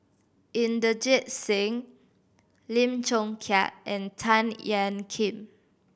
Inderjit Singh Lim Chong Keat and Tan Ean Kiam